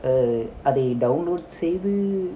err அதை:athai download செய்து:seidhu